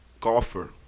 golfer